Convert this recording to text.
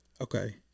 Okay